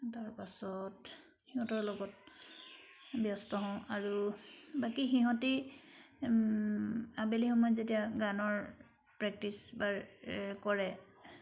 তাৰপাছত সিহঁতৰ লগত ব্যস্ত হওঁ আৰু বাকী সিহঁতে আবেলি সময়ত যেতিয়া গানৰ প্ৰেকটিছ বা কৰে